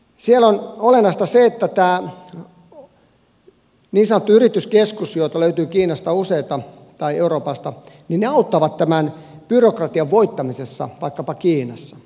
siellä on olennaista se että tämä niin sanottu yrityskeskus joita löytyy kiinasta tai euroopasta useita auttaa tämän byrokratian voittamisessa vaikkapa kiinassa